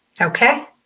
Okay